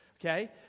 okay